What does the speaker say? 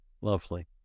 Lovely